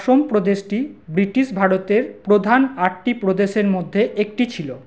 অসম প্রদেশটি ব্রিটিশ ভারতের প্রধান আটটি প্রদেশের মধ্যে একটি ছিল